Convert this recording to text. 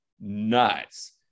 nuts